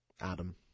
Adam